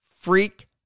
freak